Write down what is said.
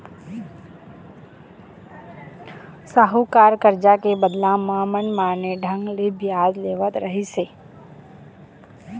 साहूकार करजा के बदला म मनमाने ढंग ले बियाज लेवत रहिस हे